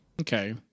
Okay